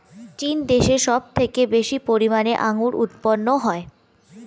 চীন দেশে সব থেকে বেশি পরিমাণে আঙ্গুর উৎপন্ন হয়